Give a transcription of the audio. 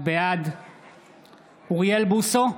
בעד אוריאל בוסו,